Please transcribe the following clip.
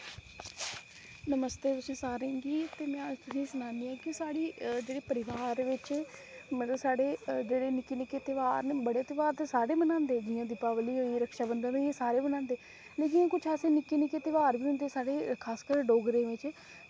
नमस्ते तुसें सारें गी ते में अज्ज तुसेंगी सनान्नी आं कि जेह्ड़ी साढ़े परिवार बिच मतलब कि जेह्ड़े साढ़े निक्के निक्के ध्यार न बड्डे ध्यार ते सारे मनांदे जियां दिवाली होई रक्षाबंधन होइया एह् सारे मनांदे लेकिन कुछ ऐसे निक्के निक्के ध्यार होंदे साढ़े डोगरें बिच